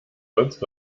sonst